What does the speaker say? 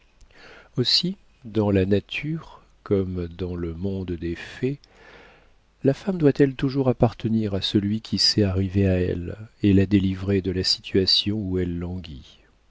aussi dans la nature comme dans le monde des fées la femme doit-elle toujours appartenir à celui qui sait arriver à elle et la délivrer de la situation où elle languit